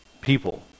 people